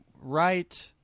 right